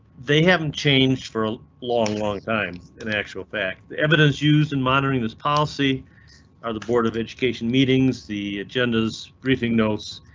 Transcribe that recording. they haven't changed for a long, long time. in actual fact, the evidence used in monitoring this policy are the board of education meetings, the agendas, briefing notes,